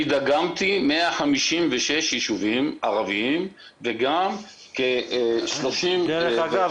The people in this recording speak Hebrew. אני דגמתי 156 יישובים ערביים וגם כ-30 --- דרך אגב,